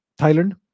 Thailand